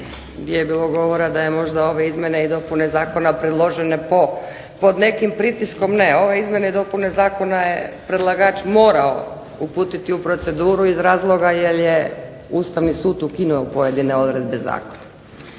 gdje je bilo govora da su možda ove izmjene i dopune zakona predložene pod nekim pritiskom. Ne, ove izmjene i dopune zakona je predlagač morao uputiti u proceduru iz razloga jer je Ustavni sud ukinuo pojedine odredbe zakona.